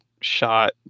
Shot